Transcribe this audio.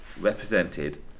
represented